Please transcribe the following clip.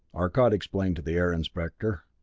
arcot explained to the air inspector,